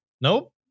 Nope